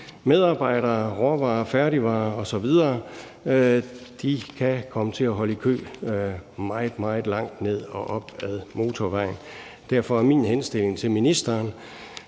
Medarbejdere, råvarer, færdigvarer osv. kan komme til at holde i kø meget, meget langt ned og op ad motorvejen. Derfor er min henstilling til ministeren,